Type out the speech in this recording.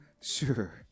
sure